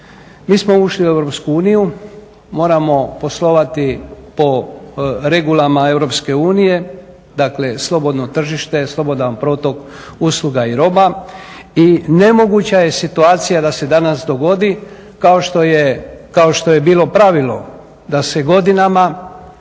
Mi smo ušli u Europsku uniju, moramo poslovati po regulama Europske unije, dakle slobodno tržište, slobodan protok usluga i roba. I nemoguća je situacija da se danas dogodi kao što je bilo pravilo da se godinama